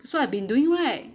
that's what I've been doing right